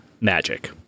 magic